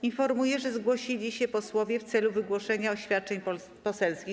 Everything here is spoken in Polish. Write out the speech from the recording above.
Informuję, że zgłosili się posłowie w celu wygłoszenia oświadczeń poselskich.